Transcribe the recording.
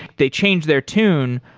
they change their tune,